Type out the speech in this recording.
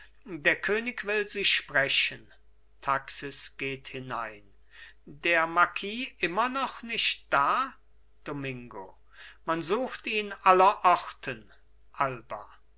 der könig will sie sprechen taxis geht hinein der marquis immer noch nicht da domingo man sucht ihn allerorten alba